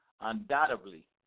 undoubtedly